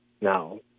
Now